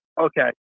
Okay